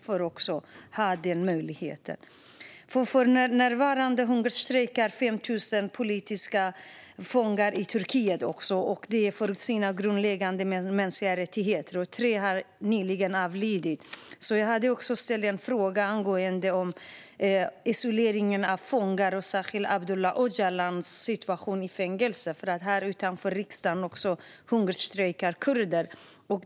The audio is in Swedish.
För närvarande hungerstrejkar 5 000 politiska fångar i Turkiet för sina grundläggande mänskliga rättigheter. Tre har nyligen avlidit. Jag ställde därför också en fråga om isoleringen av fångar och särskilt Abdullah Öcalans situation i fängelset. Även här utanför riksdagen hungerstrejkar kurder.